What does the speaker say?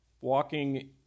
walking